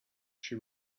she